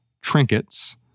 trinkets